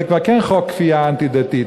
זה כבר כן חוק כפייה אנטי-דתית,